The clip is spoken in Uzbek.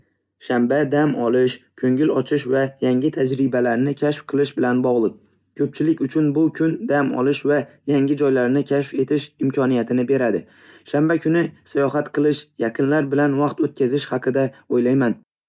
Shanba dam olish, ko'ngil ochish va yangi tajribalarni kashf qilish bilan bog'liq. Ko'pchilik uchun bu kun dam olish va yangi joylarni kashf etish imkoniyatini beradi. Shanba kuni sayohat qilish, yaqinlar bilan vaqt o'tkazish haqida o'ylayman.